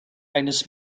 eines